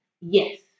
yes